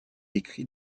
écrit